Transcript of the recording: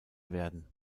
werden